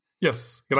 yes